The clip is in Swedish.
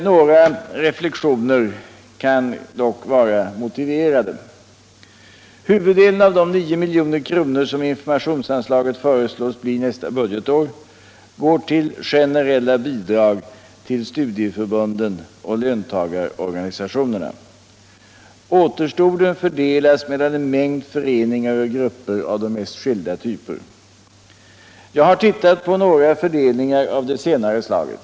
Några reflexioner kanske dock kan vara motiverade. Jag har tittat på några fördelningar av det senare slaget.